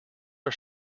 are